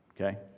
okay